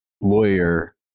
lawyer